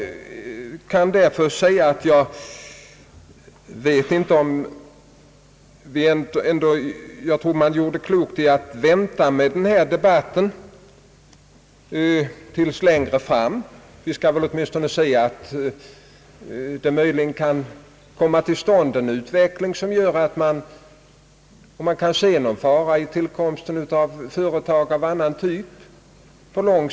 Därför skulle vi nog göra klokt i att vänta med denna debatt till längre fram och åtminstone avvakta om utvecklingen ger oss orsak att se någon fara på lång sikt i tillkomsten av företag av annan typ.